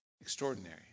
extraordinary